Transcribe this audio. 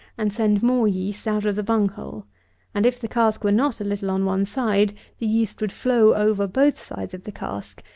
and send more yeast out of the bung-hole and, if the cask were not a little on one side, the yeast would flow over both sides of the cask,